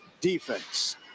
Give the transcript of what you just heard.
defense